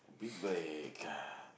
big break